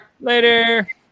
Later